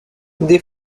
des